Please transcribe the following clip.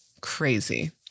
crazy